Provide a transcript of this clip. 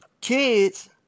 kids